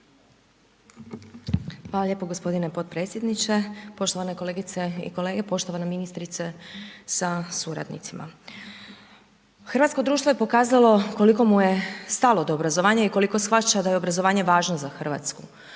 Hvala lijepo g. potpredsjedniče. Poštovane kolegice i kolege, poštovana ministrice sa suradnicima. Hrvatsko društvo je pokazalo koliko mu je stalo do obrazovanja i koliko shvaća da je obrazovanje važno za Hrvatsku,